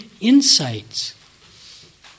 insights